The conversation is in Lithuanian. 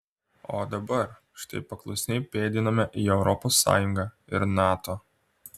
o dabar štai paklusniai pėdiname į europos sąjungą ir nato